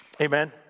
Amen